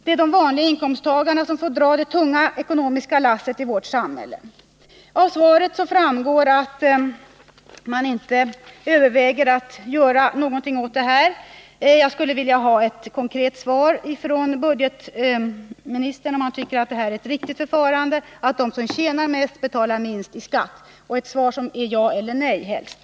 Det är de vanliga inkomsttagarna som får dra det tunga ekonomiska lasset i vårt samhälle. Av svaret framgår att regeringen inte överväger att göra någonting åt detta. Men jag skulle vilja ha ett konkret svar från budgetministern, om han tycker det är riktigt att de som tjänar mest betalar minst i skatt — ett svar som är ja eller nej, helst.